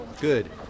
Good